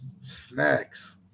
snacks